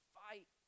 fight